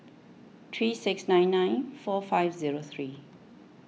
three six nine nine four five zero three